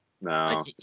no